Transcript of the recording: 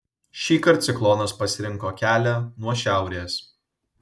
šįkart ciklonas pasirinko kelią nuo šiaurės